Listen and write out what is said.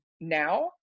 now